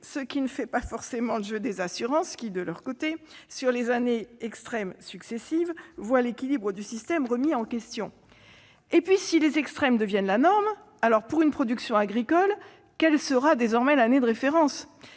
ce qui ne fait pas forcément le jeu des assureurs qui, de leur côté, sur les années extrêmes successives, voient l'équilibre du système remis en question. Si les extrêmes deviennent la norme, alors, pour une production agricole, quelle sera l'année de référence ?